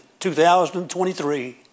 2023